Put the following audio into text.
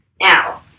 Now